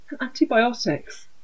antibiotics